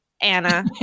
Anna